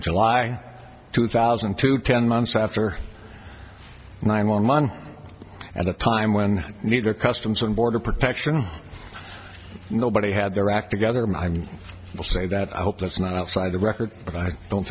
july two thousand and two ten months after nine one one at a time when neither customs and border protection nobody had their act together mind we'll say that i hope that's not outside the record but i don't